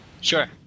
Sure